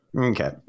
okay